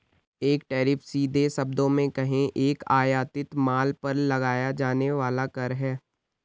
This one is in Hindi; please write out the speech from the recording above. एक टैरिफ, सीधे शब्दों में कहें, एक आयातित माल पर लगाया जाने वाला कर है